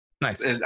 nice